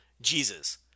Jesus